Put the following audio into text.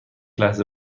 لحظه